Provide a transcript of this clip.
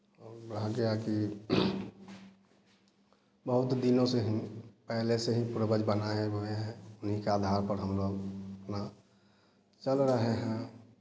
रह गया कि बहुत दिनों से ही पहले से ही पूर्वज बना हुआ है उन्हीं के आधार पर हम लोग अपना चल रहे हैं